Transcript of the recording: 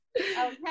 Okay